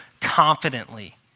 confidently